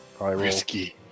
Risky